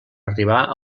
arribar